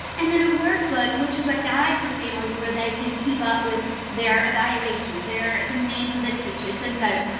and then a workbook which is a guide for families where they can keep up with their evaluations. they're the names of the teachers and folks,